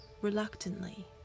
reluctantly